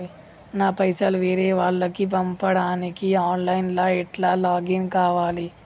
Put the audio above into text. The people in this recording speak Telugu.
నా పైసల్ వేరే వాళ్లకి పంపడానికి ఆన్ లైన్ లా ఎట్ల లాగిన్ కావాలి?